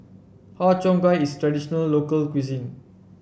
Har Cheong Gai is traditional local cuisine